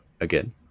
again